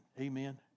Amen